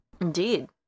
Indeed